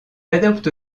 adopte